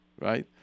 right